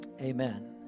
amen